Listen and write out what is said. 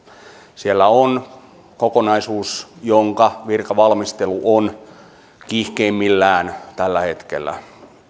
siellä on kokonaisuus jonka virkavalmistelu on kiihkeimmillään tällä hetkellä